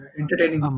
entertaining